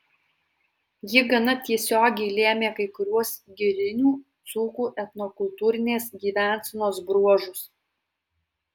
ji gana tiesiogiai lėmė kai kuriuos girinių dzūkų etnokultūrinės gyvensenos bruožus